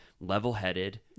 level-headed